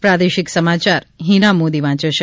પ્રાદેશિક સમાચાર હિના મોદી વાંચે છે